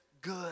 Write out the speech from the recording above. good